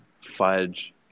fudge